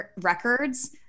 records